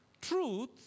truth